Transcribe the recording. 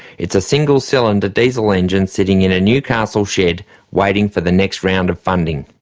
it's a single-cylinder diesel engine sitting in a newcastle shed waiting for the next round of funding.